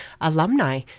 alumni